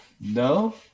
No